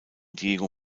diego